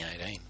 2018